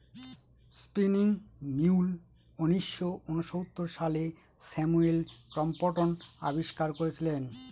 spinning mule উনিশশো ঊনসত্তর সালে স্যামুয়েল ক্রম্পটন আবিষ্কার করেছিলেন